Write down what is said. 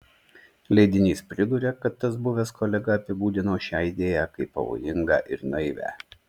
leidinys priduria kad tas buvęs kolega apibūdino šią idėją kaip pavojingą ir naivią